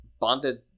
bonded